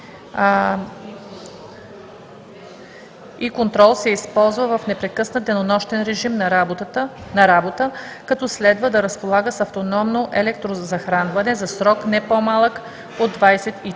и контрол се използва в непрекъснат денонощен режим на работа, като следва да разполага с автономно електрозахранване за срок не по-малък от 24